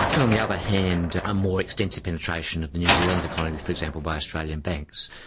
and on the other hand a more extensive penetration of the new zealand economy, for example by australian banks.